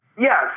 Yes